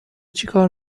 چیکار